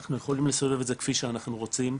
אנחנו יכולים לסובב את זה כפי שאנחנו רוצים,